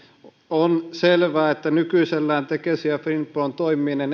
on selvää että nykyisellään tekesin ja finpron toimiminen